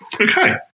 Okay